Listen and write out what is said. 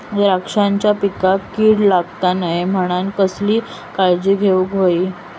द्राक्षांच्या पिकांक कीड लागता नये म्हणान कसली काळजी घेऊक होई?